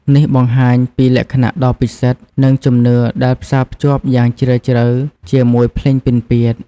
នេះបង្ហាញពីលក្ខណៈដ៏ពិសិដ្ឋ និងជំនឿដែលផ្សារភ្ជាប់យ៉ាងជ្រាលជ្រៅជាមួយភ្លេងពិណពាទ្យ។